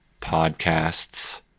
podcasts